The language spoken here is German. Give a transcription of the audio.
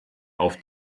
auf